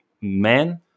men